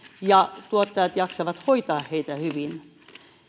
ja tuottajat jaksavat hoitaa heitä hyvin